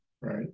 Right